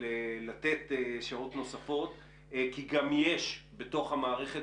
ולתת שעות נוספות כי גם יש בתוך המערכת